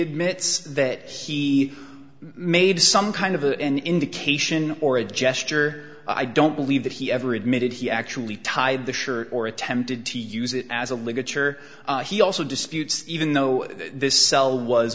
admits that he made some kind of an indication or a gesture i don't believe that he ever admitted he actually tied the shirt or attempted to use it as a ligature he also disputes even though this cell was